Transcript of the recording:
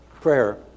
Prayer